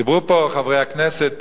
דיברו פה חברי הכנסת,